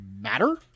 matter